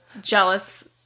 jealous